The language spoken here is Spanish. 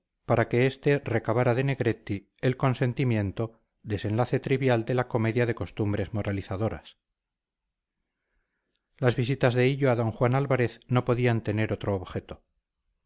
para que este recabara de negretti el consentimiento desenlace trivial de la comedia de costumbres moralizadoras las visitas de hillo a d juan álvarez no podían tener otro objeto